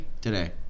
today